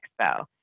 expo